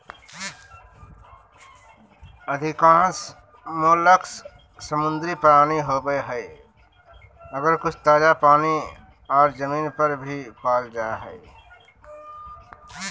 अधिकांश मोलस्क समुद्री प्राणी होवई हई, आर कुछ ताजा पानी आर जमीन पर भी पाल जा हई